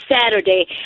Saturday